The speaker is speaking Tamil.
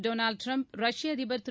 டொனால்டு ட்ரம்ப் ரஷ்ய அதிபர் திரு